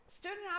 Student